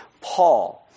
Paul